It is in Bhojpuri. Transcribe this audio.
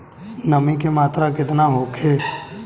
नमी के मात्रा केतना होखे?